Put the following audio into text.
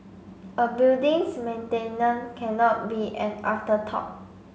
a building's maintenance cannot be an afterthought